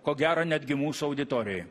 ko gero netgi mūsų auditorijoj